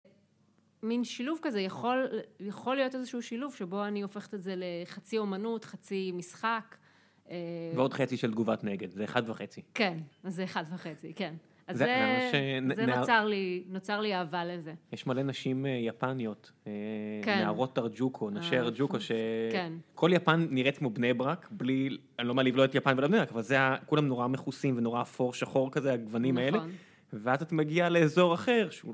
מין שילוב כזה, יכול להיות איזשהו שילוב שבו אני הופכת את זה לחצי אומנות, חצי משחק ועוד חצי של תגובת נגד, זה אחד וחצי כן, אז זה אחד וחצי, כן זה נוצר לי אהבה לזה יש מלא נשים יפניות, נערות ארג'וקו, נשי ארג'וקו כל יפן נראית כמו בני ברק, אני לא מעליב לא את יפן ולא את בני ברק אבל כולם נורא מכוסים ונורא אפור שחור כזה, הגוונים האלה ואז את מגיעה לאזור אחר